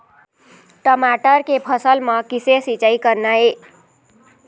टमाटर के फसल म किसे सिचाई करना ये?